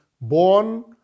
born